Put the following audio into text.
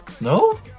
no